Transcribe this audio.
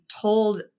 told